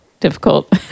difficult